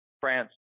France